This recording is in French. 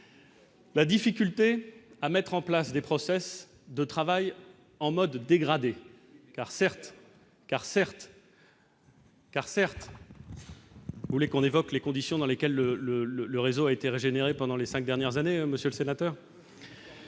la difficulté à mettre en place des process de travail en mode dégradé car certes, car certes. Vous voulez qu'on évoque les conditions dans lesquelles le le le le réseau a été régénérée pendant les 5 dernières années, monsieur le sénateur.